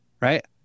Right